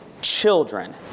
children